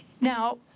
Now